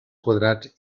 quadrats